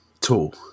tool